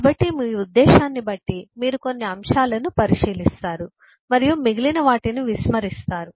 కాబట్టి మీ ఉద్దేశాన్ని బట్టి మీరు కొన్ని అంశాలను పరిశీలిస్తారు మరియు మిగిలిన వాటిని విస్మరిస్తారు